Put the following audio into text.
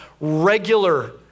regular